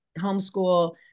homeschool